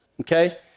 okay